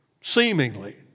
Seemingly